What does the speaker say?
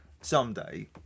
someday